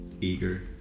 eager